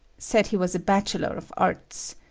said he was a bachelor of arts.